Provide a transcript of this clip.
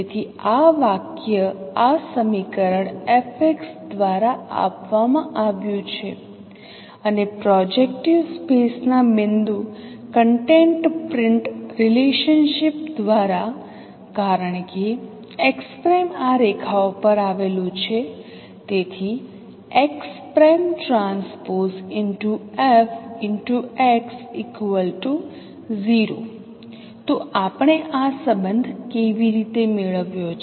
તેથી આ વાક્ય આ સમીકરણ Fx દ્વારા આપવામાં આવ્યું છે અને પ્રોજેક્ટીવ સ્પેસ ના બિંદુ કન્ટેન્ટ પ્રિંટ રિલેશનશિપ દ્વારા કારણ કે x 'આ રેખાઓ પર આવેલું છે તેથી તો આપણે આ સંબંધ કેવી રીતે મેળવ્યો છે